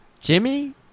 Jimmy